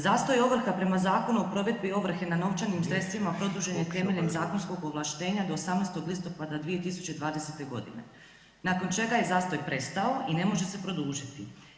Zastoj ovrha prema Zakonu o provedbi ovrhe nad novčanim sredstvima produžen je temeljem zakonskog ovlaštenja do 18. listopada 2020. godine nakon čega je zastoj prestao i ne može se produžiti.